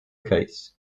case